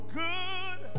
good